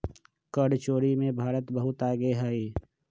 कर चोरी में भारत बहुत आगे हई